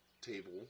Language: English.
table